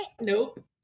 Nope